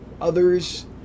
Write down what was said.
others